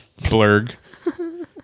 blurg